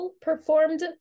performed